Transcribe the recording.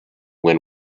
when